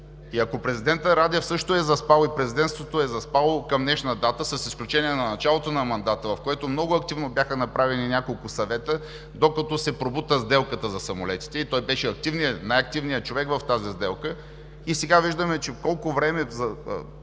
И ако президентът Радев също е заспал и Президентството е заспало, към днешна дата – с изключение на началото на мандата, в който много активно бяха направени няколко съвета, докато се пробута сделката за самолетите и той беше активният, най-активният човек в тази сделка, сега виждаме колко време